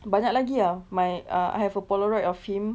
banyak lagi ah my ah I have a polaroid of him